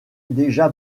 déjà